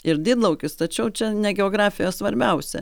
ir didlaukis tačiau čia ne geografija svarbiausia